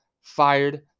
fired